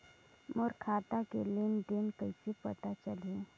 मोर खाता के लेन देन कइसे पता चलही?